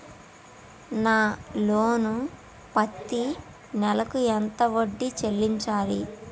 నా లోను పత్తి నెల కు ఎంత వడ్డీ చెల్లించాలి?